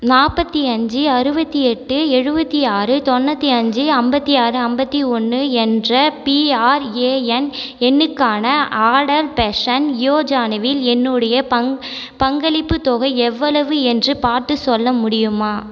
நாற்பத்தி அஞ்சு அறுபத்தி எட்டு எழுபத்தி ஆறு தொண்ணூற்றி அஞ்சு ஐம்பத்தி ஆறு ஐம்பத்தி ஒன்று என்ற பிஆர்ஏஎன் எண்ணுக்கான அடல் பென்ஷன் யோஜனாவில் என்னுடைய பங்களிப்புத் தொகை எவ்வளவு என்று பார்த்துச் சொல்ல முடியுமா